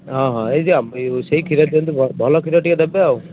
ହଁ ହଁ ଏଇ ସେଇ କ୍ଷୀର ଦିଅନ୍ତୁ ଭଲ କ୍ଷୀର ଟିକେ ଦେବେ ଆଉ